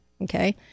Okay